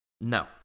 No